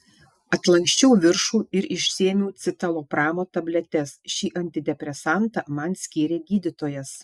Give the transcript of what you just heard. atlanksčiau viršų ir išsiėmiau citalopramo tabletes šį antidepresantą man skyrė gydytojas